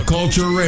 Culture